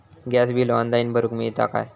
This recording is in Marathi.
गॅस बिल ऑनलाइन भरुक मिळता काय?